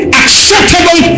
acceptable